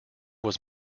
was